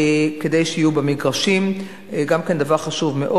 כדי שיהיו במגרשים, גם כן דבר חשוב מאוד.